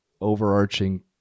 overarching